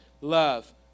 love